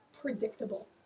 predictable